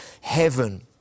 heaven